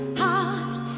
hearts